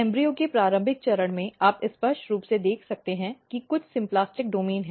भ्रूण के प्रारंभिक चरण में आप स्पष्ट रूप से देख सकते हैं कि कुछ सिम्प्लास्टिक डोमेन हैं